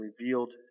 revealed